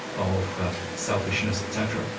of selfishness, etc,